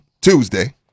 Tuesday